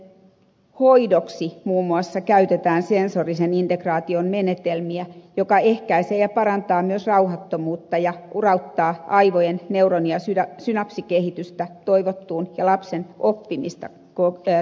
oppimishäiriöiden hoitona muun muassa käytetään sensorisen integraation menetelmiä mikä ehkäisee ja parantaa myös rauhattomuutta ja urauttaa aivojen neuroni ja synapsikehitystä toivottuun ja lapsen oppimista tukevaan suuntaan